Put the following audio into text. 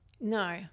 No